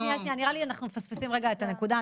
נראה לי שאנחנו מפספסים את הנקודה,